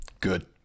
Good